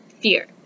fear